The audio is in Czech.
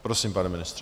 Prosím, pane ministře.